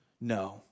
No